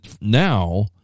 now